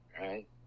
right